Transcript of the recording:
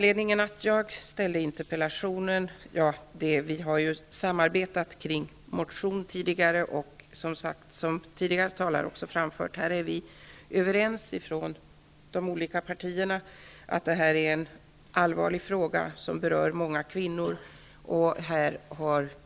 Vi är några som tidigare har samarbetat kring en motion, och som tidigare talare också framfört är vi överens om i de olika partierna, att detta är en allvarlig fråga som berör många kvinnor.